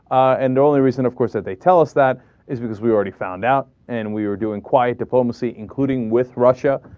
and all the reason of course that they tell us that is is we already found out and we are doing quite diplomacy including with russia